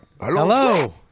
hello